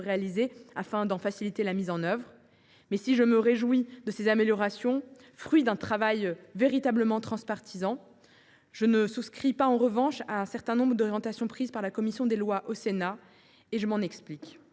réalisés afin d’en faciliter la mise en œuvre. Si je me réjouis de ces améliorations, fruits d’un véritable travail transpartisan, je ne souscris pas en revanche à certaines des orientations prises par la commission des lois du Sénat ; je m’en explique.